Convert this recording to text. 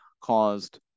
caused